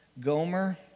Gomer